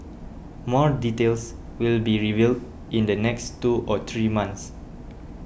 more details will be revealed in the next two or three months